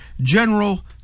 General